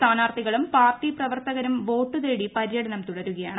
സ്ഥാന്ാർത്ഥി്കളും party പ്രവർത്തകരും vote തേടി പര്യടനം തുടരുകയാണ്